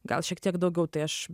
gal šiek tiek daugiau tai aš